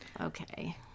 Okay